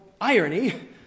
irony